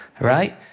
Right